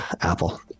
Apple